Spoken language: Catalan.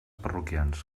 parroquians